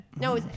No